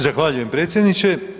Zahvaljujem, predsjedniče.